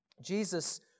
Jesus